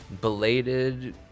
belated